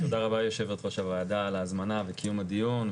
תודה רבה יושבת-ראש הוועדה על ההזמנה וקיום הדיון,